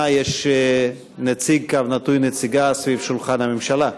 יש נציג או נציגה סביב שולחן הממשלה.